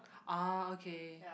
ah okay